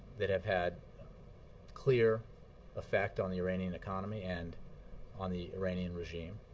that have had clear effect on the iranian economy and on the iranian regime,